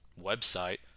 website